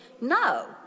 No